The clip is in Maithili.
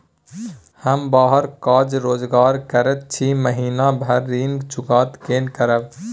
हम बाहर काज रोजगार करैत छी, महीना भर ऋण चुकता केना करब?